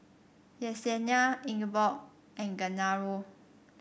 Yessenia Ingeborg and Genaro